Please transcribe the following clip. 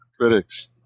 critics